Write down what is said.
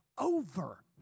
Over